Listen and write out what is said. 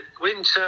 winter